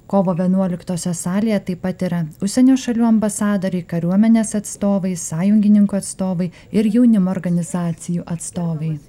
kovo vienuoliktosios salėje taip pat yra užsienio šalių ambasadoriai kariuomenės atstovai sąjungininkų atstovai ir jaunimo organizacijų atstovai